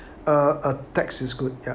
uh a text is good ya